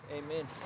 amen